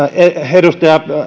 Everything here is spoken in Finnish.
edustaja